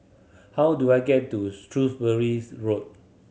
how do I get to Road